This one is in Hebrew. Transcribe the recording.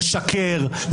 לשקר,